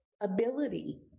ability